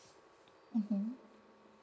mmhmm